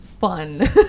fun